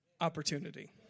opportunity